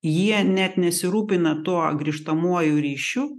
jie net nesirūpina tuo grįžtamuoju ryšiu